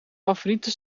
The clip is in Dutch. favoriete